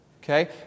Okay